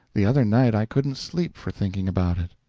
the other night i couldn't sleep for thinking about it.